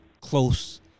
close